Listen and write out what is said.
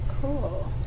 Cool